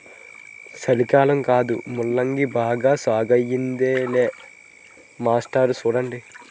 సలికాలం కదా ముల్లంగి బాగా సాగయ్యిందిలే మాస్టారు సూడండి